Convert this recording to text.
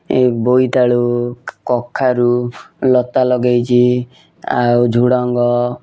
ବୋଇତାଳୁ କଖାରୁ ଲତା ଲଗାଇଛି ଆଉ ଝୁଡ଼ଙ୍ଗ